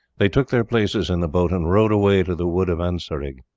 they took their places in the boat and rowed away to the wood of ancarig,